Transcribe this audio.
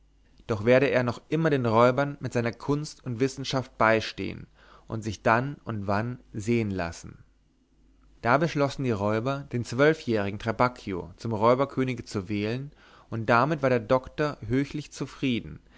doch werde er noch immer den räubern mit seiner kunst und wissenschaft beistehn und sich dann und wann sehen lassen da beschlossen die räuber den zwölfjährigen trabacchio zum räuberkönige zu wählen und damit war der doktor höchlich zufrieden